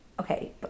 okay